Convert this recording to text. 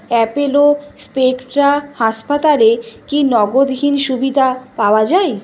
Apollo Spectra হাসপাতালে কি নগদহীন সুবিধা পাওয়া যায়